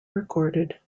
recorded